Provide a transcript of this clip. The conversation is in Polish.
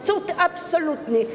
Cud absolutny!